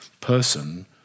person